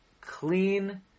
clean